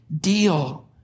deal